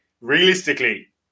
realistically